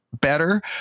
better